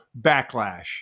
backlash